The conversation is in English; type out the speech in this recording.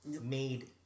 made